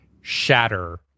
shatter